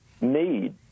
need